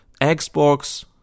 Xbox